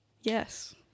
yes